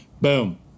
Boom